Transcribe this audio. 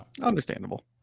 understandable